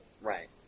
Right